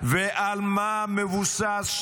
ועל מה מבוסס